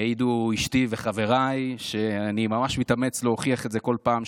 יעידו אשתי וחבריי שאני ממש מתאמץ להוכיח את זה כל פעם,